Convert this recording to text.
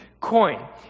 coin